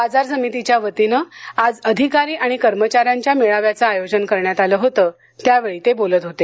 बाजार समितीच्या वतीने आज अधिकारी आणि कर्मचाऱ्यांच्या मेळाव्याचे आयोजन करण्यात आलं होतं त्यावेळी ते बोलत होते